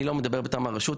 אני לא מדבר מטעם הרשות,